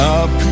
up